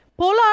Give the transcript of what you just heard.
Polar